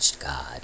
god